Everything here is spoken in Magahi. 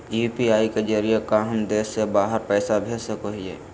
यू.पी.आई के जरिए का हम देश से बाहर पैसा भेज सको हियय?